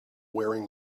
wearing